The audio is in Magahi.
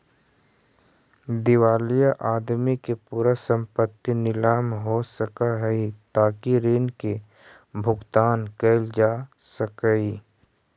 दिवालिया आदमी के पूरा संपत्ति नीलाम हो सकऽ हई ताकि ऋण के भुगतान कैल जा सकई